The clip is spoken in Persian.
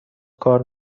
کار